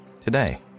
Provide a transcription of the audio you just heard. today